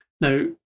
Now